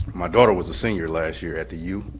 my daughter was a senior last year at the u,